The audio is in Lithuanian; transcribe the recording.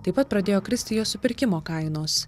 taip pat pradėjo kristi jo supirkimo kainos